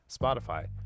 Spotify